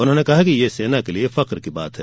उन्होंने कहा कि यह सेना के लिए फक्र की बात है